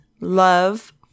love